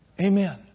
Amen